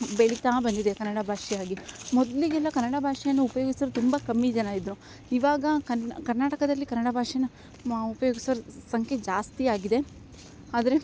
ಬೆಳಿತಾ ಬಂದಿದೆ ಕನ್ನಡ ಭಾಷೆಯಾಗಿ ಮೊದಲಿಗೆಲ್ಲ ಕನ್ನಡ ಭಾಷೆಯನ್ನು ಉಪಯೋಗಿಸುವರು ತುಂಬ ಕಮ್ಮಿ ಜನ ಇದ್ರು ಇವಾಗ ಕನ ಕರ್ನಾಟಕದಲ್ಲಿ ಕನ್ನಡ ಭಾಷೆಯ ಮ ಉಪಯೋಗಿಸುವರ ಸಂಖ್ಯೆ ಜಾಸ್ತಿ ಆಗಿದೆ ಆದರೆ